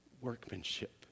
workmanship